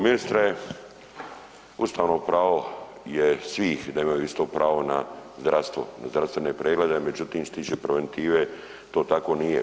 Ministre, ustavno pravo je svih da imaju isto pravo na zdravstvo, na zdravstvene preglede, međutim što se tiče preventive to tako nije.